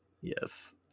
Yes